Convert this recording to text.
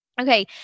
Okay